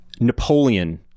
Napoleon